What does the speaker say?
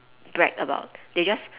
bribe about they just